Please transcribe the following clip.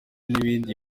n’imirimo